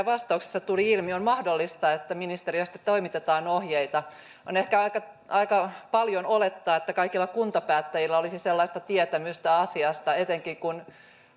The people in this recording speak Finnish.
vastauksissa tuli ilmi on mahdollista että ministeriöstä toimitetaan ohjeita on ehkä aika aika paljon oletettu että kaikilla kuntapäättäjillä olisi tietämystä asiasta etenkin kun